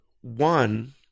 one